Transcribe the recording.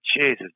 Jesus